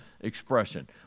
expression